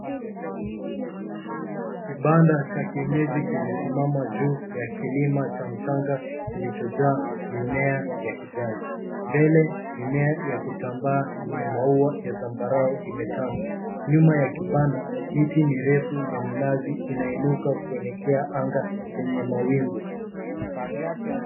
Kibanda cha kienyeji kimesimama juu ya kilima cha mchanga kilichojaa mimea ya kijani. Mbele mimea ya kutambaa yenye maua ya zambarau imetanda. Nyuma ya kibanda, miti mirefu ya minazi inainuka kuelekea anga lenye mawingu.